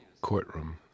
courtroom